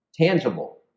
tangible